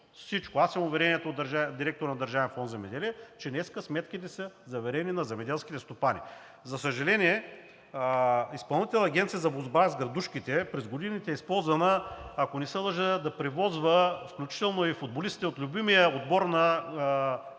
Аз имам уверението на директора на Държавен фонд „Земеделие“, че днес сметките на земеделските стопани са заверени. За съжаление, Изпълнителната агенция „Борба с градушките“ през годините е използвана, ако не се лъжа, да превозва, включително футболистите, от любимия отбор на